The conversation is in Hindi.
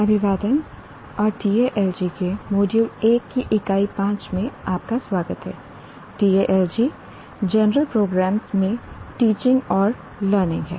अभिवादन और TALG के मॉड्यूल 1 की इकाई 5 में आपका स्वागत है TALG जनरल प्रोग्राम्स में टीचिंग एंड लर्निंग है